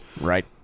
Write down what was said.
Right